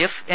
F N